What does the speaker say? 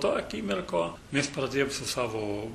tą akimirką mes pradėjom su savo